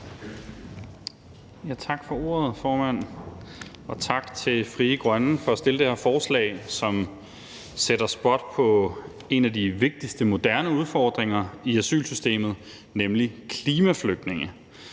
Tak for ordet, formand, og tak til Frie Grønne for at stille det her forslag, som sætter spot på en af de vigtigste moderne udfordringer i asylsystemet, nemlig klimaflygtninge.